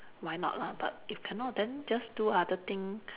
why not lah but if cannot then just do other thing